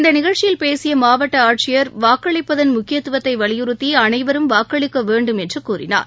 இந்த நிகழ்ச்சியில் பேசிய மாவட்ட ஆட்சியர் வாக்களிப்பதன் முக்கியத்துவத்தை வலியுறுத்தி அனைவரும் வாக்களிக்கவேண்டும் என்று கூறினார்